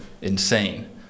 insane